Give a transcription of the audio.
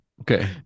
Okay